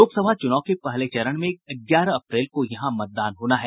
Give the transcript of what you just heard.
लोक सभा चुनाव के पहले चरण में ग्यारह अप्रैल को यहां मतदान होना है